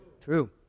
True